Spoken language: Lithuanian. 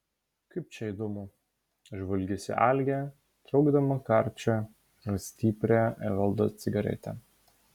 kaip čia įdomu žvalgėsi algė traukdama karčią ir stiprią evaldo cigaretę